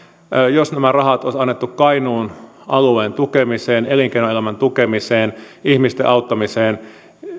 jos nämä rahat olisi annettu kainuun alueen tukemiseen elinkeinoelämän tukemiseen ihmisten auttamiseen